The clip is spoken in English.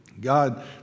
God